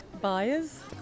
Buyers